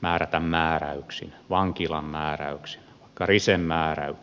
määrätä määräyksin vankilan määräyksin vaikka risen määräyksin